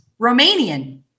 Romanian